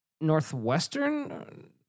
Northwestern